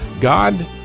God